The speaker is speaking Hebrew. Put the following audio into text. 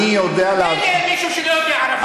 אני יודע, מילא מישהו שלא יודע ערבית.